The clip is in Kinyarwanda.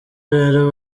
rero